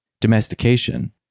domestication